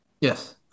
Yes